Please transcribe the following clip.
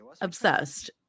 Obsessed